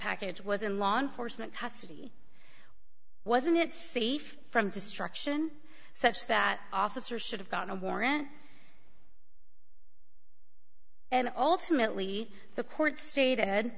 package was in law enforcement custody wasn't it safe from destruction such that officer should have gotten a warrant and ultimately the court